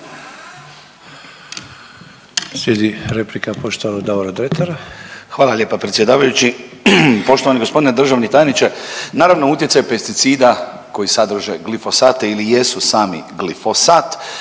Slijedi replika, poštovanog Davora Dretara. **Dretar, Davor (DP)** Hvala lijepa predsjedavajući. Poštovani g. državni tajniče. Naravno, utjecaj pesticida koji sadrže glifosate ili jesu sami glifosat,